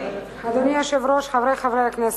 אדוני היושב-ראש, חברי חברי הכנסת,